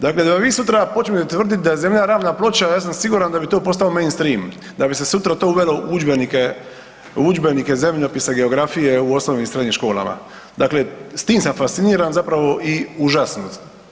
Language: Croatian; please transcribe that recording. Dakle da vi sutra počnete tvrditi da je zemlja ravna ploča ja sam siguran da bi to postao mainstream da bi se sutra to uvelo u udžbenike zemljopisa, geografije u osnovnim i srednjim školama, dakle, s tim sam fasciniran zapravo i užasnut.